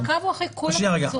המעקב הוא אחרי כל הקבוצות.